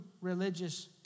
religious